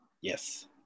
Yes